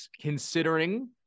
considering